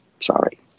Sorry